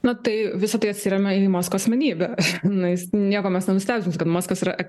na tai visa tai atsiremia į masko asmenybę na jis nieko mes nenustebinsim kad maskas yra